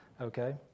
Okay